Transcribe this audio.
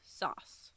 Sauce